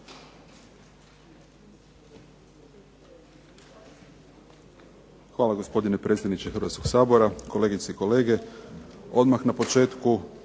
Hvala gospodine predsjedniče Hrvatskog sabora, kolegice i kolege. Odmah na početku